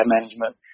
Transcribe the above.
management